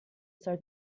soll